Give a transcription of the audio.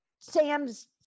Sam's